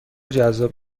جذاب